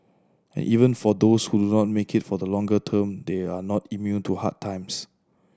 and even for those who learn make it for the longer term they are not immune to hard times